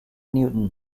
newton